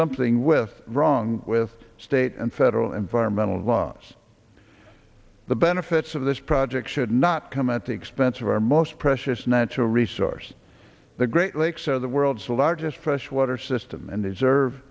something with wrong with state and federal environmental laws the benefits of this project should not come at the expense of our most precious natural resource the great lakes are the world's largest freshwater system and they serve